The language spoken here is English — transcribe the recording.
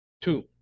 Two